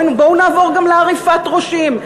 בואו נעבור גם לעריפת ראשים.